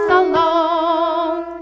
alone